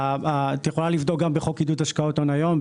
את יכולה לבדוק גם בחוק עידוד השקעות הון היום,